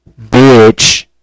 bitch